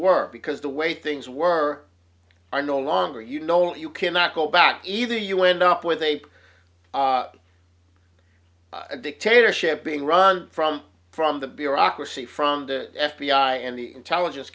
work because the way things were are no longer you know you cannot go back either you end up with a dictatorship being run from from the bureaucracy from the f b i and the intelligence